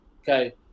okay